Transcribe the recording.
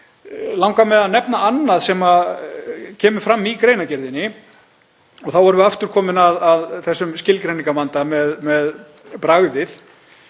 langar mig að nefna annað sem kemur fram í greinargerðinni þar sem við erum aftur komin að þessum skilgreiningarvanda með bragðið.